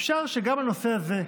ואפשר שגם הנושא הזה,